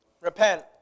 Repent